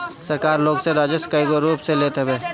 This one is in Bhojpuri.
सरकार लोग से राजस्व कईगो रूप में लेत हवे